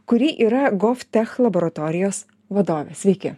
kuri yra gof tech laboratorijos vadovė sveiki